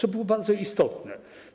To było bardzo istotne.